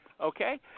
okay